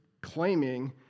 claiming